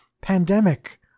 pandemic